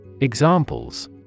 Examples